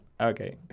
okay